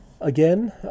again